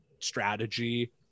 Strategy